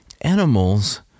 animals